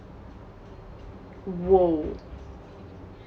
!whoa!